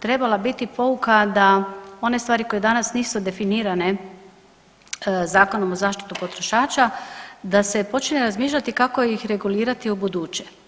trebala je biti pouka da one stvari koje danas nisu definirane Zakonom o zaštiti potrošača da se počne razmišljati kako ih regulirati u buduće.